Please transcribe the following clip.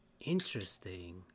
Interesting